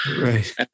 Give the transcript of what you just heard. Right